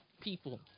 people